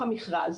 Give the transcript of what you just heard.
המכרז.